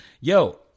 Yo